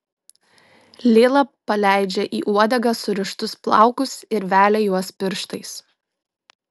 lila paleidžia į uodegą surištus plaukus ir velia juos pirštais